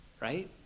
right